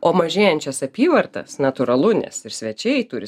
o mažėjančias apyvartas natūralu nes ir svečiai turi